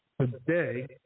Today